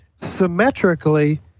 symmetrically